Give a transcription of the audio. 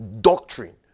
doctrine